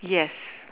yes